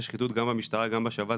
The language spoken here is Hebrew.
שחיתויות גם בשירות בתי הסוהר וגם בצה"ל,